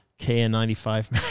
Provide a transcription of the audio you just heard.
KN95